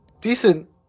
decent